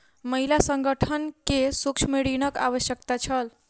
महिला संगठन के सूक्ष्म ऋणक आवश्यकता छल